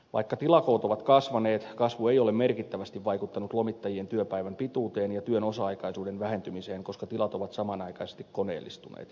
vaikka tilakoot ovat kasvaneet kasvu ei ole merkittävästi vaikuttanut lomittajien työpäivän pituuteen ja työn osa aikaisuuden vähentymiseen koska tilat ovat samanaikaisesti koneellistuneet